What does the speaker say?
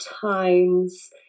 times